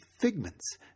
figments